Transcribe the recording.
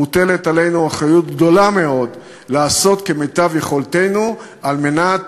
מוטלת עלינו אחריות גדולה מאוד לעשות כמיטב יכולתנו על מנת